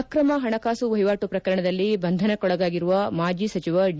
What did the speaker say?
ಅಕ್ರಮ ಪಣಕಾಸು ವಹಿವಾಟು ಪ್ರಕರಣದಲ್ಲಿ ಬಂಧನಕ್ಕೊಳಗಾಗಿರುವ ಮಾಜಿ ಸಚಿವ ಡಿ